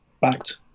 backed